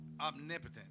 omnipotent